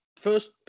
First